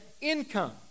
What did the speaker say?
income